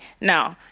No